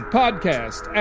podcast